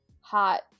hot